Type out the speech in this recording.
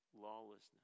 Lawlessness